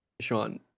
Sean